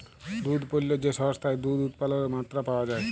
দুহুদ পল্য যে সংস্থায় দুহুদ উৎপাদলের মাত্রা পাউয়া যায়